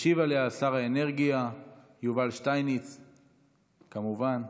ישיב עליה שר האנרגיה יובל שטייניץ, כמובן.